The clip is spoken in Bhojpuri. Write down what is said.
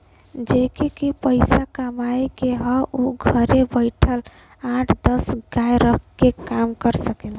जेके के पइसा कमाए के हौ उ घरे बइठल आठ दस गाय रख के कमा सकला